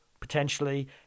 potentially